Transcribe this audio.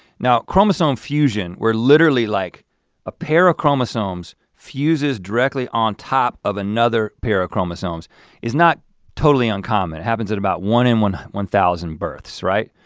now chromosome fusion, where literally like a pair of chromosomes fuses directly on top of another pair of chromosomes is not totally uncommon. it happens at about one in one one thousand births, right?